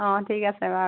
অঁ ঠিক আছে বাৰু